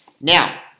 Now